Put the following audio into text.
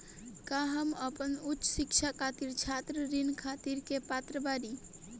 का हम अपन उच्च शिक्षा खातिर छात्र ऋण खातिर के पात्र बानी?